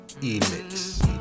E-Mix